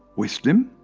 wisdom,